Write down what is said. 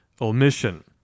omission